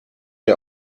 der